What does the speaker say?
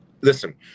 listen